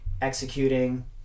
executing